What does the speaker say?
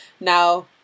now